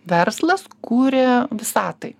verslas kuria visatai